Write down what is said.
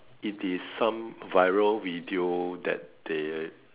it is some viral video that they